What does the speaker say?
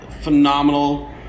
phenomenal